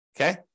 okay